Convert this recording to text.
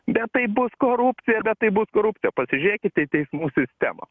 bet tai bus korupcija bet tai bus korupcija pasižiūrėkit į teismų sistemą